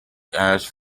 asked